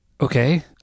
Okay